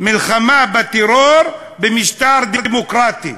מלחמה בטרור במשטר דמוקרטי.